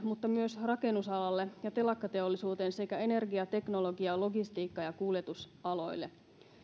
mutta myös rakennusalalle ja telakkateollisuuteen sekä energia teknologia logistiikka ja kuljetusaloille